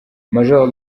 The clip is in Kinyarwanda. major